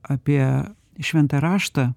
apie šventą raštą